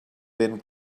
vent